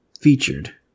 featured